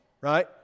right